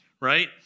right